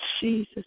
Jesus